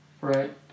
right